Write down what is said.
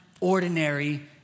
ordinary